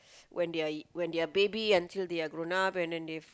when they're when they're baby until they're grown up and then they've